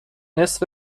نصف